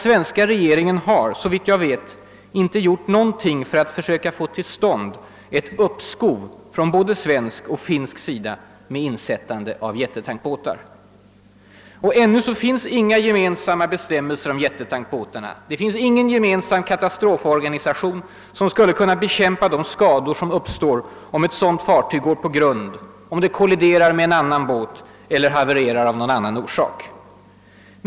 Såvitt jag vet har den svenska regeringen inte gjort någonting för att få ett uppskov från både svensk och finsk sida när det gäller insättandet av sådana jättetankbåtar. Ännu finns det inga gemensamma bestämmelser om sådana fartyg. Det finns inte heller någon gemensam katastroforganisation, som skulle kunna bekämpa de skador som uppstår om ett sådant fartyg går på grund, om det kolliderar med en annan båt eller havererar av någon annan orsak.